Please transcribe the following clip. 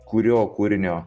kurio kūrinio